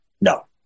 no